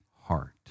heart